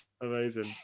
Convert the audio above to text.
Amazing